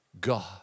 God